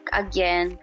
again